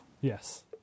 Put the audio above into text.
Yes